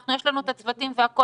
אנחנו יש לנו את הצוותים והכול,